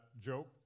joke